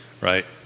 right